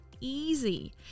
easy